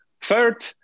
Third